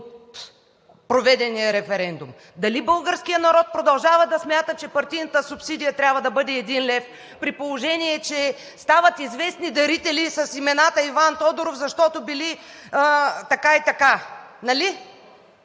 проведения референдум? Дали българският народ продължава да смята, че партийната субсидия трябва да бъде 1 лв., при положение че стават известни дарители с имена на Иван Тодоров, защото били така и така, нали?